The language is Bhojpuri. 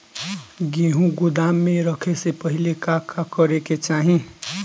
गेहु गोदाम मे रखे से पहिले का का करे के चाही?